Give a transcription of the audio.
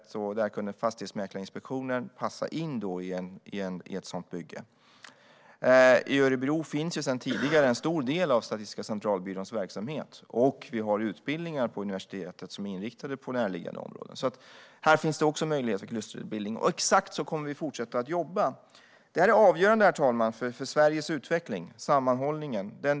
I ett sådant bygge kunde Fastighetsmäklarinspektionen passa in. I Örebro finns sedan tidigare en stor del av Statistiska centralbyråns verksamhet, och vi har utbildningar på universitetet som är inriktade på närliggande områden. Här finns också möjligheter till klusterbildning. Exakt så kommer vi att fortsätta att jobba. Sammanhållningen är avgörande för Sveriges utveckling, herr talman.